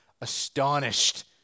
astonished